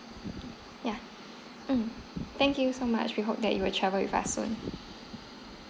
yeah mm thank you so much we hope that you will travel with us soon